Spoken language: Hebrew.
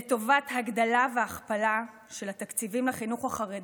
לטובת הגדלה והכפלה של התקציבים לחינוך החרדי,